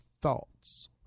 thoughts